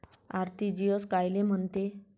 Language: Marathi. आर.टी.जी.एस कायले म्हनते?